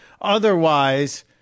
Otherwise